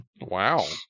wow